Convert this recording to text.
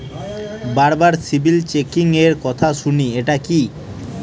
বারবার সিবিল চেকিংএর কথা শুনি এটা কি?